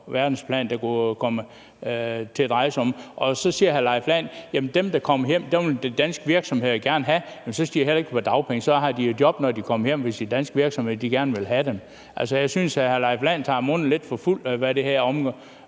verdensplan, som det kunne komme til at dreje sig om. Og så siger hr. Leif Lahn Jensen: Dem, der kommer hjem, vil de danske virksomheder gerne have. Men så skal de jo heller ikke på dagpenge. Så har de et job, når de kommer hjem, hvis de danske virksomheder gerne vil have dem. Altså, jeg synes, at hr. Leif Lahn Jensen tager munden lidt for fuld, i forhold til hvad